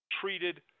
treated